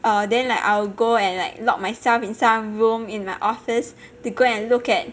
uh then like I'll go and like lock myself in some room in my office to go and look at